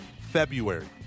February